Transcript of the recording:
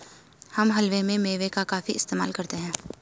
हम हलवे में मेवे का काफी इस्तेमाल करते हैं